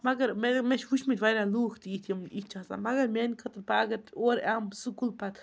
مگر میٛانہِ مےٚ چھِ وُچھمٕتۍ واریاہ لُکھ تہِ یِتھۍ یِم یِتھۍ چھِ آسان مگر میٛانہِ خٲطرٕ بہٕ اگر تہِ اورٕ یِمہٕ سکوٗل پَتہٕ